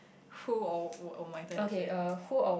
who or oh oh my turn is it